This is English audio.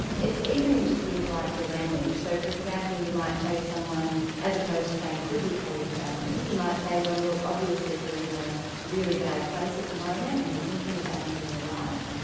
it's even in just things like your language, so for example, you might say to someone, as opposed to saying, could we call your family? you might say to them, look, obviously you're in a really really bad place at the moment, and you're thinking about ending your life.